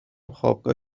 خوابگاه